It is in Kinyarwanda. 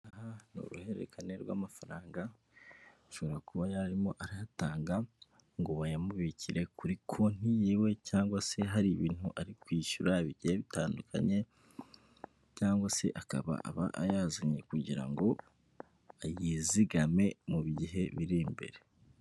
Aha ni uruhererekane rw'amafaranga ashobora kuba yararimo arayatanga ngo bayamubikire kuri konti yiwe, cyangwa se hari ibintu ari kwishyura bigiye bitandukanye cyangwa se akaba aba ayazanye kugirango yizigame mu bihe biri imbere.